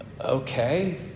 okay